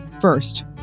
First